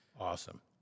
Awesome